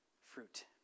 fruit